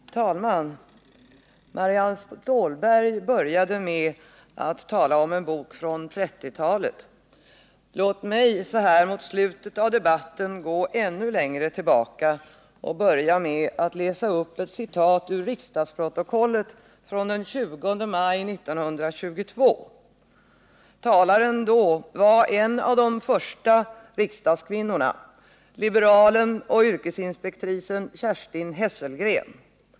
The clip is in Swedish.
Herr talman! Marianne Stålberg började med att tala om en bok från 1930-talet. Låt mig så här mot slutet av debatten gå ännu längre tillbaka och börja att läsa upp ett citat ur riksdagsprotokollet från den 20 maj 1922. Talaren var en av de fem första riksdagskvinnorna, liberalen och yrkesinspektrisen Kerstin Hesselgren.